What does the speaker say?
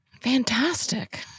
Fantastic